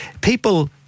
People